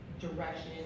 direction